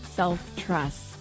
self-trust